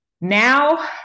Now